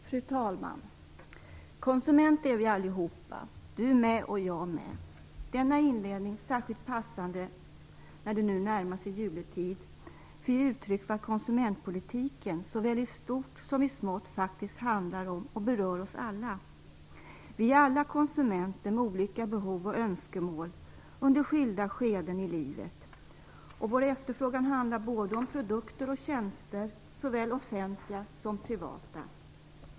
Fru talman! "Konsumenter är vi allihopa, du med och jag med!" Denna inledning, särskilt passande när det nu närmar sig juletid, får ge uttryck för att konsumentpolitiken såväl i stort som i smått faktiskt handlar om och berör oss alla. Vi är alla konsumenter med olika behov och önskemål under skilda skeden i livet. Vår efterfrågan handlar både om produkter och tjänster - såväl offentliga som privata.